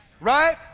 Right